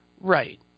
Right